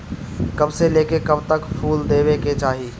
कब से लेके कब तक फुल देवे के चाही?